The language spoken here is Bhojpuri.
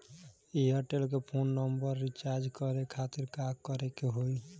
एयरटेल के फोन नंबर रीचार्ज करे के खातिर का करे के होई?